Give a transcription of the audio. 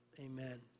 amen